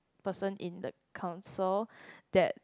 person in the council that